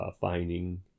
finding